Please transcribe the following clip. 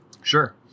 Sure